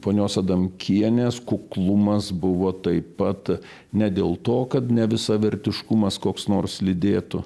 ponios adamkienės kuklumas buvo taip pat ne dėl to kad nevisavertiškumas koks nors lydėtų